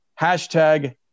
hashtag